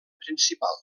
principal